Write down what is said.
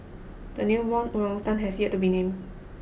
the newborn blow done has yet to be named